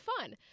fun